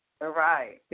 Right